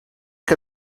que